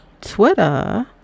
Twitter